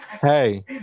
Hey